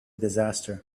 disaster